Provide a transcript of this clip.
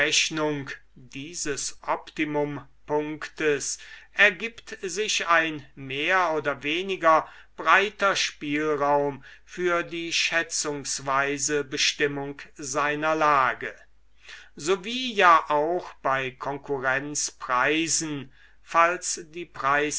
dieses optimumpunktes ergibt sich ein mehr oder weniger breiter spielraum für die schätzungsweise bestimmung seiner lage so wie ja auch bei konkurrenzpreisen falls die